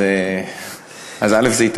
אז קודם כול זה יתרון,